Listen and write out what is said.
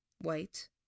White